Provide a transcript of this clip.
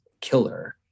killer